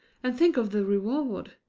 and think of the reward!